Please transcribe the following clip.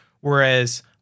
whereas